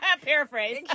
Paraphrase